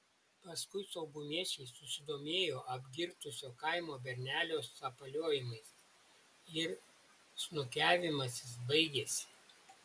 paskui saugumiečiai susidomėjo apgirtusio kaimo bernelio sapaliojimais ir snukiavimasis baigėsi